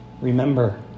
Remember